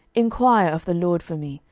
enquire of the lord for me,